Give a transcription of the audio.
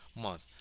month